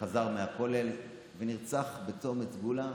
שחזר מהכולל נרצח בצומת סגולה,